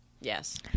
Yes